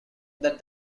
that